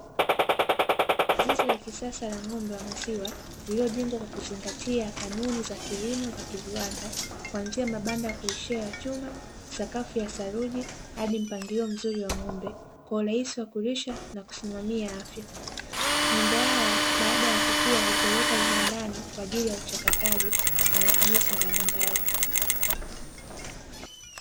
Zizi la kisasa la ng'ombe wa maziwa lililojengwa kwa kuzingatia kanuni za viwanda kuanzia mabanda ya kurishia ya chuma, sakafu ya saruji hadi mpangilio mzuri wa ng'ombe urahisi wa kulisha na kusimamia afya, ng'ombe hawa baada ya kukua hupelekwa viwandani kwa ajili ya uchakataji na matumizi mbalimbali ya nyumbani.